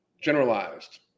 generalized